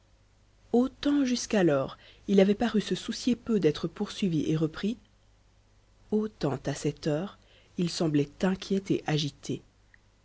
autant jusqu'alors il avait paru se soucier peu d'être poursuivi et repris autant à cette heure il semblait inquiet et agité